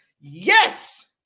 yes